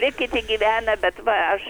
kaip kiti gyvena bet va aš